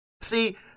See